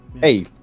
hey